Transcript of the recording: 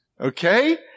okay